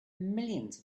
millions